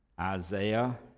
Isaiah